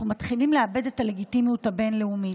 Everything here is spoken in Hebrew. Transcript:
אנחנו מתחילים לאבד את הלגיטימיות הבין-לאומית.